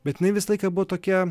bet jinai visą laiką buvo tokia